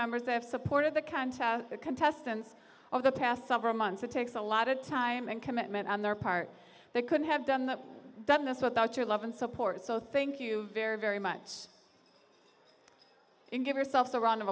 members have supported the contests the contestants of the past summer months it takes a lot of time and commitment on their part they couldn't have done that done this without your love and support so thank you very very much and give yourselves a round